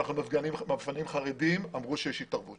כשאנחנו מפנים חרדים אמרו שיש התערבות,